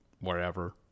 wherever